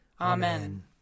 Amen